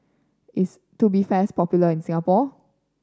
is Tubifast popular in Singapore